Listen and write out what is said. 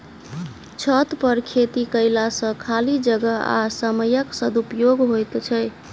छतपर खेती कयला सॅ खाली जगह आ समयक सदुपयोग होइत छै